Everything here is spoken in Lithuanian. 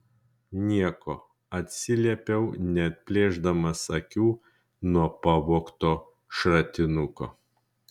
nieko atsiliepiau neatplėšdamas akių nuo pavogto šratinuko